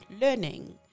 learning